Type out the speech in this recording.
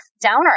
downer